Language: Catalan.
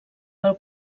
pel